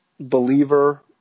Believer